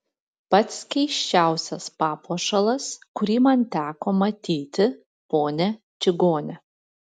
pats keisčiausias papuošalas kurį man teko matyti ponia čigone